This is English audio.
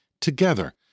together